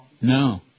No